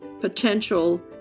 potential